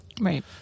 right